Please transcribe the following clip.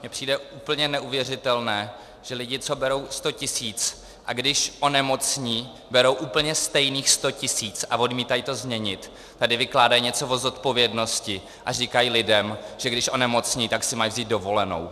Mně přijde úplně neuvěřitelné, že lidi, co berou sto tisíc, a když onemocní, berou úplně stejných sto tisíc a odmítají to změnit, tady vykládají něco o zodpovědnosti a říkají lidem, že když onemocní, tak si mají vzít dovolenou.